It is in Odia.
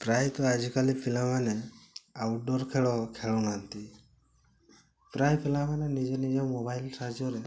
ପ୍ରାୟତଃ ଆଜିକାଲି ପିଲାମାନେ ଆଉଟ୍ଡ଼ୋର୍ ଖେଳ ଖେଳୁନାହାଁନ୍ତି ପ୍ରାୟ ପିଲାମାନେ ନିଜ ନିଜ ମୋବାଇଲ୍ ସାହାଯ୍ୟରେ